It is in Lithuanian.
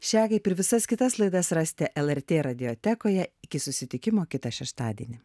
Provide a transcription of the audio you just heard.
šią kaip ir visas kitas laidas rasite lrt radiotekoje iki susitikimo kitą šeštadienį